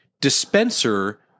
dispenser